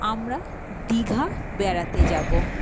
আমরা দিঘা বেড়াতে যাব